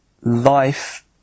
life